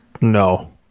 No